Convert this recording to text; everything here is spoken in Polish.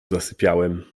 zasypiałem